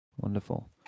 Wonderful